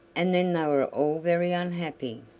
and then they were all very unhappy.